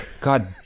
God